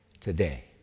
today